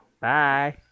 Bye